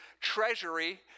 treasury